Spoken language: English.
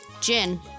Gin